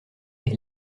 est